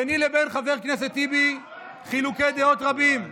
ביני לבין חבר הכנסת טיבי חילוקי דעות רבים.